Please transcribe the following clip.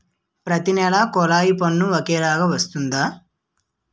ప్రతి నెల కొల్లాయి పన్ను ఒకలాగే వస్తుందా?